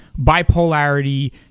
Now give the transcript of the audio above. bipolarity